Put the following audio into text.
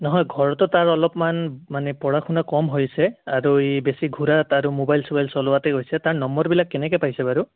নহয় ঘৰতো তাৰ অলপমান মানে পঢ়া শুনা কম হৈছে আৰু ই বেছি ঘূৰা তাৰ মোবাইল চোবাইল চলোৱাতে গৈছে তাৰ নম্বৰবিলাক কেনেকৈ পাইছে বাৰু